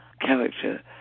character